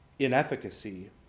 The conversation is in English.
inefficacy